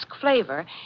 flavor